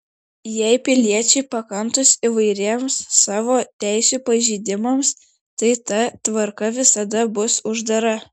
jei piliečiai pakantūs įvairiems savo teisių pažeidimams tai ta tvarka visada bus uždara